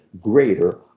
greater